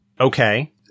Okay